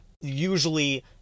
usually